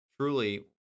truly